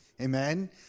Amen